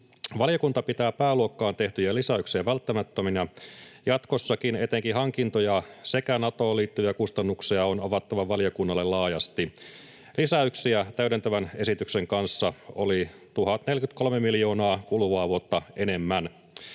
Valiokunta pitää pääluokkaan tehtyjä lisäyksiä välttämättöminä. Jatkossakin etenkin hankintoja sekä Natoon liittyviä kustannuksia on avattava valiokunnalle laajasti. Lisäyksiä täydentävän esityksen kanssa oli 1 043 miljoonaa kuluvaa vuotta enemmän.